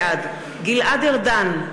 בעד גלעד ארדן,